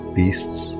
beasts